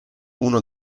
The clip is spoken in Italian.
uno